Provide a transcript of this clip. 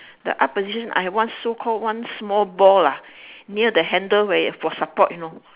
the up position I have one so call one small ball lah near the handle where for support you know